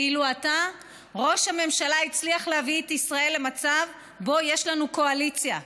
ואילו עתה ראש הממשלה הצליח להביא את ישראל למצב שבו יש לנו קואליציה,